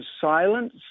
silence